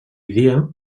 dia